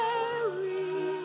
Mary